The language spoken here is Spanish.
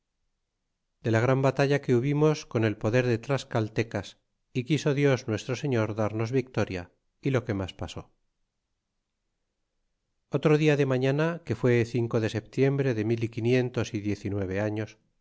de la gran batalla que hubimos con el poder de tlascaltecas y quiso dios nuestro sehor darnos victoria y lo que mas pasó otro dia de mañana que fué cinco de septiembre de mil y quinientos y diez y nueve añ